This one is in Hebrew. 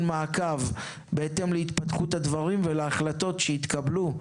מעקב בהתאם להתפתחות הדברים ולהחלטות שיתקבלו.